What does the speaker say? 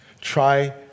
Try